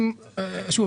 שוב,